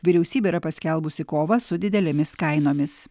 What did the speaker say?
vyriausybė yra paskelbusi kovą su didelėmis kainomis